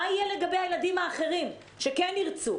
מה יהיה לגבי הילדים האחרים שכן ירצו?